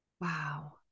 Wow